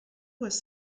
was